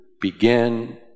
begin